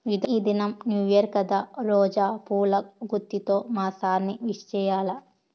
ఈ దినం new year కదా రోజా పూల గుత్తితో మా సార్ ని విష్ చెయ్యాల్ల